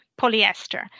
polyester